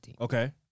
Okay